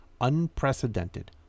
unprecedented